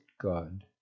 God